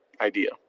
idea